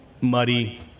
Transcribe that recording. muddy